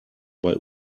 bei